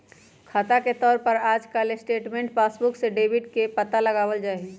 खाता के तौर पर आजकल स्टेटमेन्ट या पासबुक से डेबिट के पता लगावल जा हई